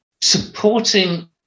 supporting